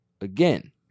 again